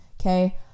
Okay